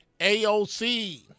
AOC